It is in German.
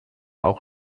auch